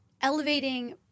elevating